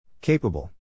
Capable